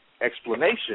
explanation